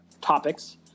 topics